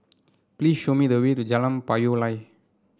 please show me the way to Jalan Payoh Lai